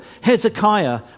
Hezekiah